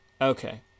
Okay